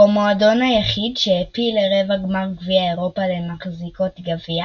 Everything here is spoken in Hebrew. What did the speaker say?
הוא המועדון היחיד שהעפיל לרבע גמר גביע אירופה למחזיקות גביע